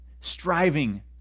striving